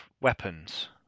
weapons